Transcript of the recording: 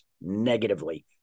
negatively